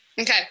okay